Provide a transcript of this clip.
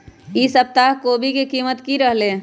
ई सप्ताह कोवी के कीमत की रहलै?